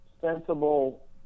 sensible